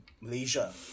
Malaysia